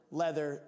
leather